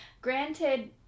Granted